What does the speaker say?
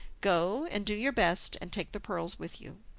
go, and do your best, and take the pearls with you.